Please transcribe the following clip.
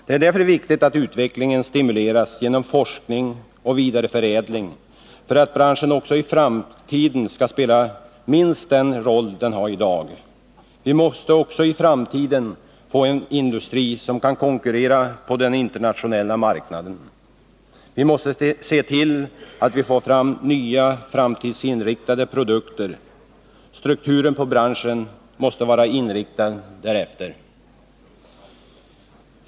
Det är därför viktigt att utvecklingen stimuleras genom forskning och vidareförädling för att branschen också i framtiden skall spela minst den roll den har i dag. Vi måste också i framtiden få en industri som kan konkurrera på den internationella marknaden. Vi måste se till att vi får fram nya, framtidsinriktade produkter. Och strukturen på branschen måste vara inriktad därefter.